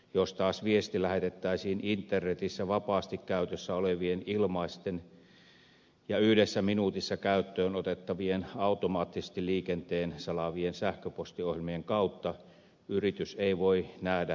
jos taas viesti lähetettäisiin internetissä vapaasti käytössä olevien ilmaisten ja yhdessä minuutissa käyttöön otettavien automaattisesti liikenteen salaavien sähköpostiohjelmien kautta yritys ei voi nähdä viestistä jälkeäkään